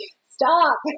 Stop